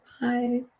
Bye